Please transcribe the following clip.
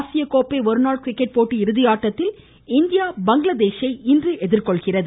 ஆசிய கோப்பை ஒருநாள் கிரிக்கெட் போட்டி இறுதி ஆட்டத்தில் இந்தியா பங்களாதேஷை இன்று எதிர்கொள்கிறது